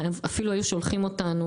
אפילו היו שולחים אותנו,